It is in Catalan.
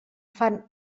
fan